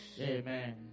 amen